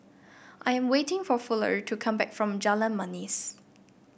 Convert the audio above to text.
I am waiting for Fuller to come back from Jalan Manis